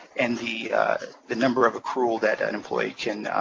and the the number of accrual that an employee can